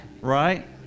right